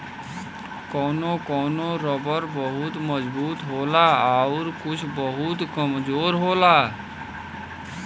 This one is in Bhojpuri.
कौनो कौनो रबर बहुत मजबूत होला आउर कुछ बहुत कमजोर होला